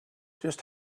just